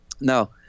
Now